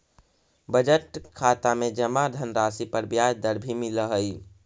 budget खाता में जमा धनराशि पर ब्याज दर भी मिलऽ हइ